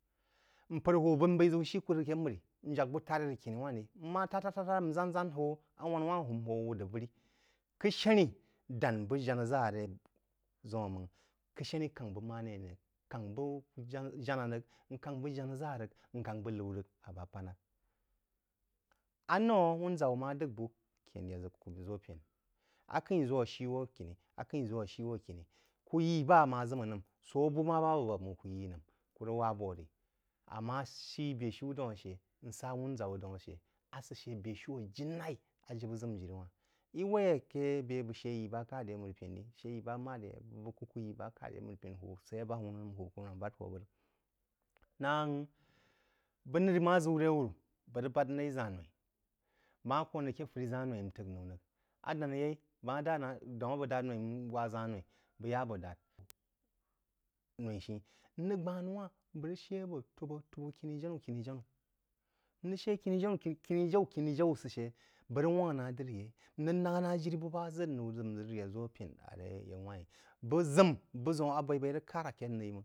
Mpər huwub bəg n b’eí shí kū rəg aké mərí n jak bú t’ar-í rəg aké khíní wǎn rí. Ń má tād tād tād n̄ ʒān ʒān ʒān hō awanā wān-h n hō wūd rəg vərí, k’əshāní dáng bəg janáʒa ré ʒəun máng, k’əshaní káng bəg marē a ní rəg, káng bəg jańa rəg, n káng bəg janá ʒa rəg, n káng bəg noú rəg a bá pá lák anōu wunʒawú má d’əgh bú, kən yá ku ʒō pən, a’k’ə-í ʒō shí wō kiní, ak’ə-í ʒo shí – ku yi ba amu ʒəma n’əngh. Sō a bú má ba awú avak máng, kú yí nəm, kú rəg wāb wō rí-amma shí bē-shiú daun ashá, n sá wūnʒá wú daún ashá asá shá bē- shiú a ji laī a jibə ʒim jiri-wān-h. Ī waí aké bē bəg shə yí bā kād ye a məri-pəna rí, shá yí bā mād yé, bú bəg kuku-yí bā kād yé a məri-pəna, hūwūb səyeí n ba awúnú nəm, hūwūb kùrúmām bād hō bəg rəg nang bəg nir ma ʒəu naí wúrú bəg rəg bād naí ʒān noí-í. Bəg má kōn rəg akē fárí ʒān noí-í. Bəg má kōn rəg akē fárí ʒān noi-í n t’ək nōu rəg, a danā yei, bəg ma ʒá na daun a bəg dād noi-í n wá ʒān noi-í bəg ya abō dād noi-í shí, n rəg gbān nú wá, bəg rəg shə abō tūbā, tūbā khini-janú, khini-janú-ń rəg shə khini-jaú khini-jaú sə shə, bəg rəg wangk na diri yeí, n rəg lak ná jiri bu ba’ ʒə noú n ʒək n’əgh yád ʒō pən á ré yaú wān rí. Bəg buʒəun a baī-baī rəg kar akē nōu máng.